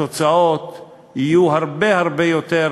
התוצאות יהיו הרבה הרבה יותר טובות,